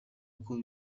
koko